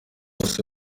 bose